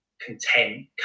content